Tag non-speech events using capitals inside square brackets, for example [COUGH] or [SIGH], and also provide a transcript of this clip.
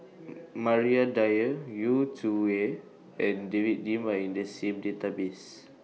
[NOISE] Maria Dyer Yu Zhuye and David Lim Are in The same Database